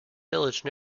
village